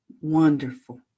wonderful